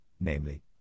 namely